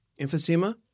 Emphysema